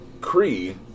Cree